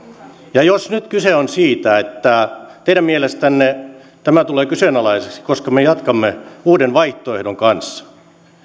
ja jos nyt kyse on siitä että teidän mielestänne tämä tulee kyseenalaiseksi koska me jatkamme uuden vaihtoehdon kanssa